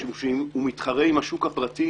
משום שאם הוא מתחרה עם השוק הפרטי,